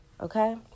okay